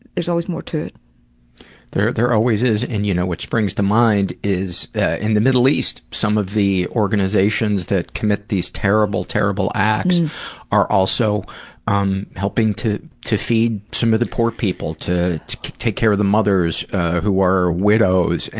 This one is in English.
there's always more to it. there there always is and, you know, what springs to mind is in the middle east some of these organizations that commit these terrible, terrible acts are also um helping to to feed some of the poor people, to to take care of the mothers who are widows,